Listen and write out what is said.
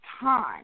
time